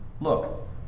Look